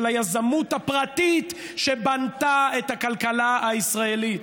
היזמות הפרטית שבנתה את הכלכלה הישראלית,